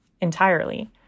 entirely